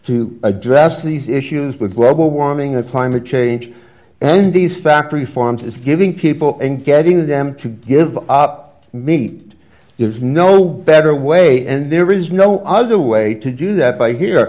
to address these issues with global warming and climate change and these factory farms is giving people and getting them to give up meat there's no better way and there is no other way to do that by here